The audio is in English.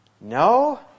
No